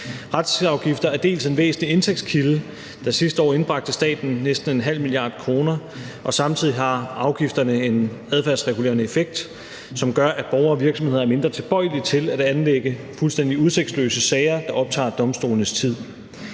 Retsafgifter er en væsentlig indtægtskilde, der sidste år indbragte staten næsten 0,5 mia. kr., og samtidig har afgifterne en adfærdsregulerende effekt, idet det betyder, at borgere og virksomheder er mindre tilbøjelige til at anlægge fuldstændig udsigtsløse sager, der optager domstolenes tid.